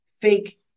fake